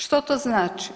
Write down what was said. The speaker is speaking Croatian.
Što to znači?